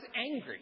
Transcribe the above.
angry